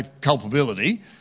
culpability